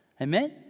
Amen